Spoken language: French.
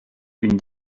une